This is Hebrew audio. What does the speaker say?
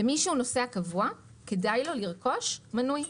למי שהוא נוסע קבוע כדאי לרכוש מנוי,